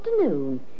afternoon